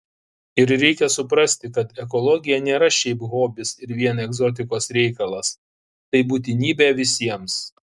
ir reikia suprasti kad ekologija nėra šiaip hobis ir vien egzotikos reikalas tai būtinybė visiems